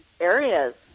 areas